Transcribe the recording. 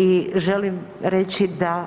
I želim reći da